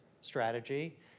strategy